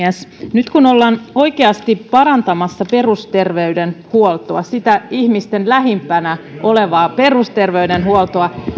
nyt kun ollaan oikeasti parantamassa perusterveydenhuoltoa sitä ihmisiä lähimpänä olevaa perusterveydenhuoltoa